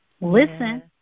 Listen